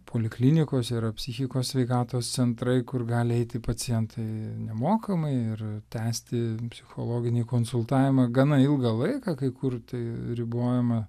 poliklinikose yra psichikos sveikatos centrai kur gali eiti pacientai nemokamai ir tęsti psichologinį konsultavimą gana ilgą laiką kai kur tai ribojama